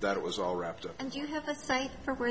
that it was all wrapped up